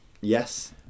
Yes